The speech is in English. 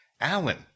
Alan